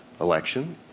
election